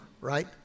right